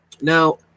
now